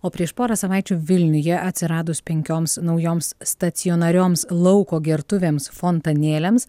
o prieš porą savaičių vilniuje atsiradus penkioms naujoms stacionarioms lauko gertuvėms fontanėliams